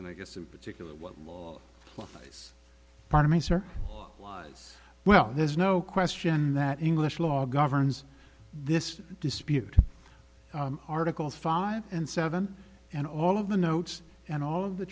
and i guess in particular what was plus size pardon me sir was well there's no question that english law governs this dispute articles five and seven and all of the notes and all of the